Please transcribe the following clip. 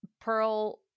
Pearl